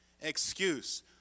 excuse